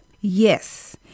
yes